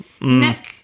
Nick